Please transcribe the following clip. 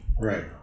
Right